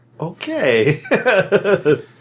Okay